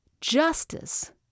justice